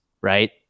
right